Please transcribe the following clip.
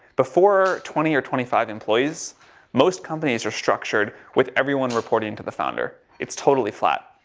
before twenty or twenty five employees most companies are structured with everyone reporting to the founder, it's totally flat.